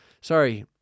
sorry